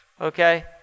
okay